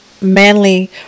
manly